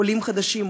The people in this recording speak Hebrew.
עולים חדשים,